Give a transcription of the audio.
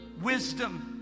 wisdom